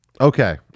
Okay